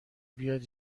بیاد